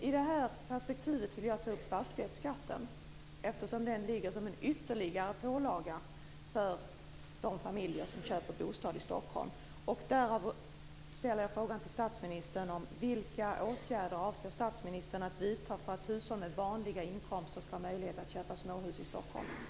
I det här perspektivet vill jag ta upp fastighetsskatten, eftersom den ligger som en ytterligare pålaga för de familjer som köper bostad i Stockholm. Därför ställer jag frågan till statsministern: Vilka åtgärder avser statsministern att vidta för att hushåll med vanliga inkomster ska ha möjlighet att köpa småhus i